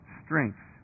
strength